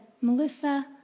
Melissa